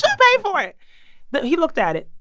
so pay for it the he looked at it.